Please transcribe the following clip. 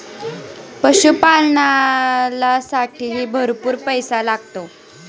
पशुपालनालासाठीही भरपूर पैसा लागतो